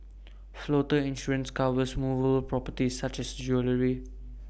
floater insurance covers movable properties such as jewellery